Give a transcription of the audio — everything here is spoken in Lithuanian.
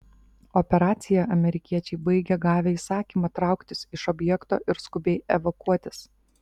operaciją amerikiečiai baigė gavę įsakymą trauktis iš objekto ir skubiai evakuotis